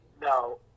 no